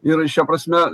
ir šia prasme